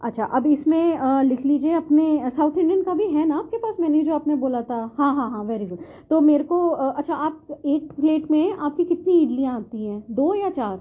اچھا اب اس میں لکھ لیجیے اپنے ساؤتھ انڈین کا بھی ہے نا آپ کے پاس مینیو جو آپ نے بولا تھا ہاں ہاں ہاں ویری گڈ تو میرے کو اچھا آپ ایک پلیٹ میں آپ کی کتنی اڈلیاں آتی ہیں دو یا چار